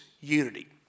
unity